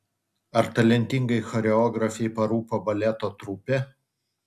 ar talentingai choreografei parūpo baleto trupė